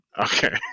Okay